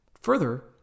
Further